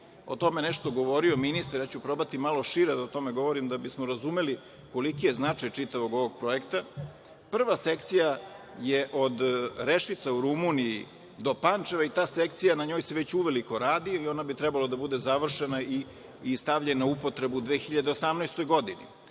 O tome je nešto govorio ministar, a ja ću probati malo šire da o tome govorim da bismo razumeli koliki je značaj čitavog ovog projekta. Prva sekcija je od Rešica u Rumuniji do Pančeva. Na toj sekciji se već uveliko radi i ona bi trebalo da bude završena i stavljena u upotrebu u 2018. godini.